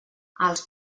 els